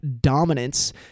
dominance